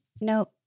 No